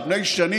על פני שנים,